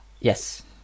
Yes